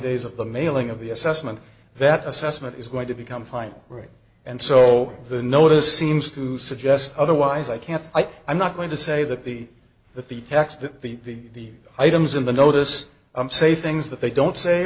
days of the mailing of the assessment that assessment is going to become final right and so the notice seems to suggest otherwise i can't i'm not going to say that the that the text of the items in the notice say things that they don't say